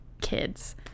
kids